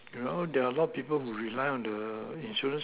there are all there are lot people who rely on the insurance